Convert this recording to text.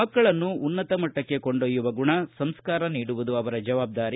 ಮಕ್ಕಳನ್ನು ಉನ್ನತ ಮಟ್ಟಕ್ಕೆ ಕೊಂಡೊಯ್ಯುವ ಗುಣ ಸಂಸ್ಕಾರ ನೀಡುವುದು ಅವರ ಜವಾಬ್ದಾರಿ